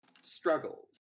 struggles